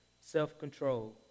self-control